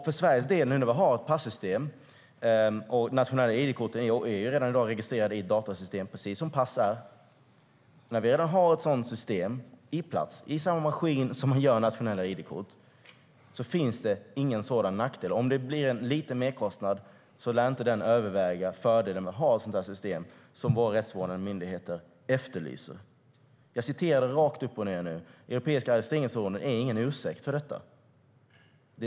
För Sveriges del är nationella id-kort redan i dag registrerade i ett datasystem precis som pass är. När vi redan har ett sådant system på plats, i samma maskin som man gör nationella id-kort i, finns det ingen sådan nackdel. Om det blir en liten merkostnad lär den inte överväga fördelen med att ha ett sådant system som våra rättsvårdande myndigheter efterlyser. Jag citerade rakt upp och ned nu. Den europeiska arresteringsordern är ingen ursäkt för detta.